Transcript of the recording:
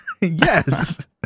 yes